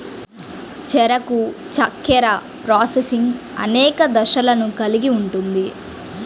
చెరకు చక్కెర ప్రాసెసింగ్ అనేక దశలను కలిగి ఉంటుంది